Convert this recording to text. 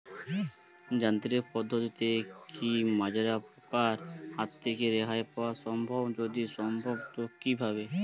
যান্ত্রিক পদ্ধতিতে কী মাজরা পোকার হাত থেকে রেহাই পাওয়া সম্ভব যদি সম্ভব তো কী ভাবে?